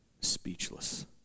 speechless